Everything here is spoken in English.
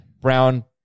Brown